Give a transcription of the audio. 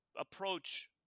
approach